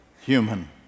human